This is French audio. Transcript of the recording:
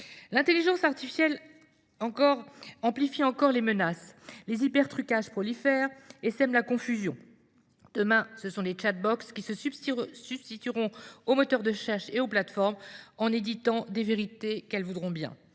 L’intelligence artificielle amplifie encore les menaces. Les hypertrucages prolifèrent et sèment la confusion. Demain, les se substitueront aux moteurs de recherche et aux plateformes et choisiront les vérités qu’elles voudront bien